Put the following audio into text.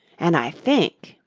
and i think,